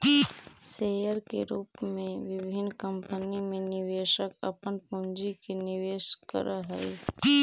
share के रूप में विभिन्न कंपनी में निवेशक अपन पूंजी के निवेश करऽ हइ